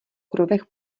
krovech